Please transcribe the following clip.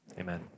amen